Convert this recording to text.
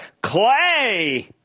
Clay